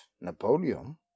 Napoleon